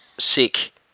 Sick